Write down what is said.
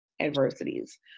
adversities